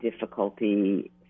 difficulty